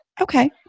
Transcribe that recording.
Okay